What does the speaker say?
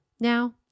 Now